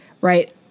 right